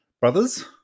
brothers